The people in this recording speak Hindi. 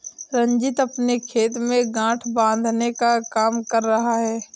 रंजीत अपने खेत में गांठ बांधने का काम कर रहा है